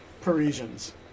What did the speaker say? Parisians